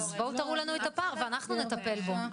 אז בואו תראו לנו את הפער ואנחנו נטפל בו,